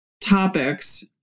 Topics